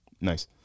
Nice